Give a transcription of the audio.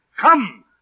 Come